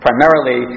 Primarily